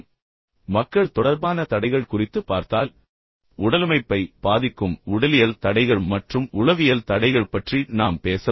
மீண்டும் மக்கள் தொடர்பான தடைகள் குறித்து பார்த்தால் உடலமைப்பை பாதிக்கும் உடலியல் தடைகள் மற்றும் உளவியல் தடைகள் பற்றி நாம் பேசலாம்